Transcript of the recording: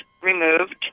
Removed